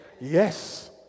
Yes